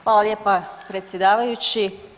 Hvala lijepa predsjedavajući.